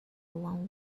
one